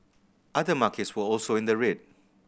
other markets were also in the red